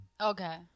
Okay